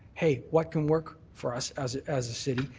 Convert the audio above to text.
hey, what can work for us as as a city,